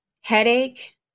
Headache